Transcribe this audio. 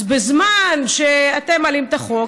אז בזמן שאתם מעלים את החוק,